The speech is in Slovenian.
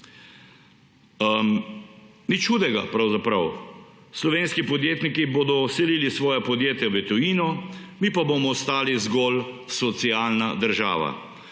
Nič hudega, pravzaprav. Slovenski podjetniki bodo selili svoja podjetja v tujino, mi pa bomo ostali zgolj socialna država.